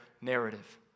narrative